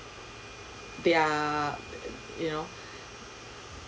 they're you know